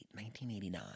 1989